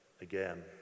again